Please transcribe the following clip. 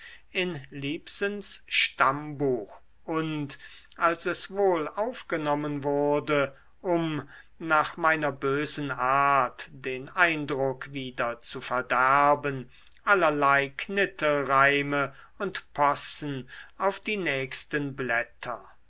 in lipsens stammbuch und als es wohl aufgenommen wurde um nach meiner bösen art den eindruck wieder zu verderben allerlei knittelreime und possen auf die nächsten blätter